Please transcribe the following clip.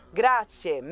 grazie